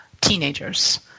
teenagers